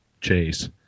chase